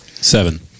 Seven